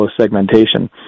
segmentation